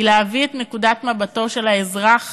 היא להביא את נקודת מבטו של האזרח